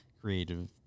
creative